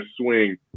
swing